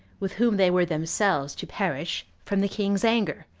with whom they were themselves to perish, from the king's anger,